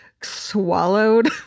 swallowed